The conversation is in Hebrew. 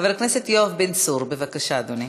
חבר הכנסת יואב בן צור, בבקשה, אדוני.